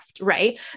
right